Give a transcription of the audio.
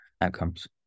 outcomes